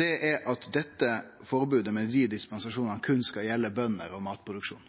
er at dette forbodet med dei dispensasjonane berre skal gjelde bønder og matproduksjon.